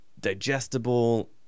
digestible